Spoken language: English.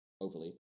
overly